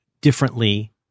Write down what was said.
differently